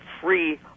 free